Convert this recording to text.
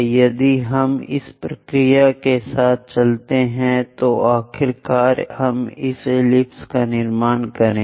यदि हम इस प्रक्रिया के साथ चलते हैं तो आखिरकार हम इस एलिप्स का निर्माण करेंगे